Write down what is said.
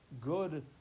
good